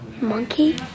Monkey